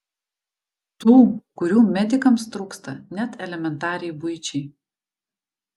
tų kurių medikams trūksta net elementariai buičiai